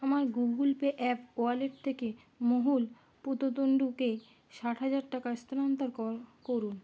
আমার Google Pay app wallet থেকে মহুল পুততণ্ডুকে ষাট হাজার টাকা স্থানান্তর করুন